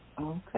Okay